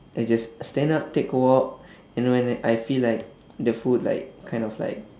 I just stand up take a walk and when I I feel like the food like kind of like